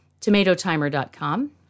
tomatotimer.com